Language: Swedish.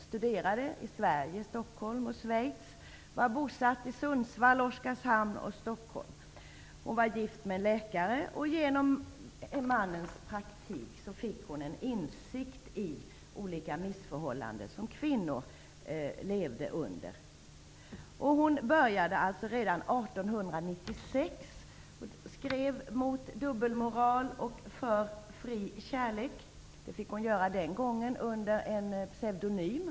Hon studerade i Sverige, Stockholm, och i Schweiz. Hon var bosatt i Sundsvall, Oskarshamn och Stockholm. Hon var gift med en läkare. Genom mannens praktik fick hon insikt i de olika missförhållanden som kvinnor levde under. Redan 1896 började Frida Steenhoff att skriva om dubbelmoral och för fri kärlek. Den gången fick hon skriva under pseudonym.